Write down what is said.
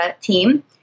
team